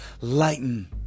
Lighten